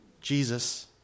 Jesus